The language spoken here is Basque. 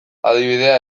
adibidea